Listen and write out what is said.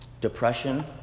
Depression